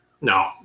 no